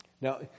Now